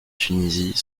tunisie